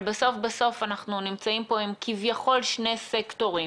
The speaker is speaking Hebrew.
אבל בסוף אנחנו נמצאים פה עם כביכול שני סקטורים